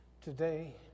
Today